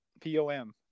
P-O-M